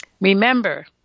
Remember